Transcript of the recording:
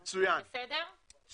מצוין, תודה.